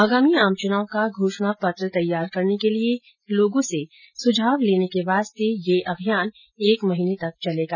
आगामी आम चुनाव का घोषणा पत्र तैयार करने के लिए लोगों से सुझाव लेने के वास्ते यह अभियान एक महीने तक चलेगा